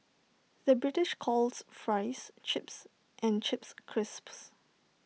the British calls Fries Chips and Chips Crisps